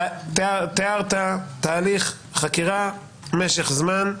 תיארת תהליך חקירה, משך זמן.